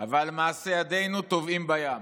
אבל מעשי ידינו טובעים בים.